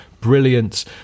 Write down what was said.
Brilliant